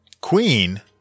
Queen